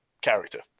character